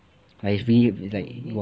but it's really